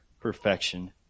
perfection